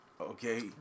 Okay